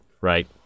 right